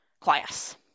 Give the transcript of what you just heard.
class